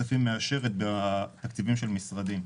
הכספים מאשרת בתקציבים של משרדים.